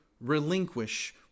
relinquish